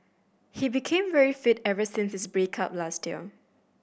he became very fit ever since his break up last year